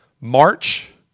March